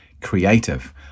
creative